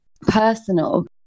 personal